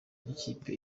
n’ikipe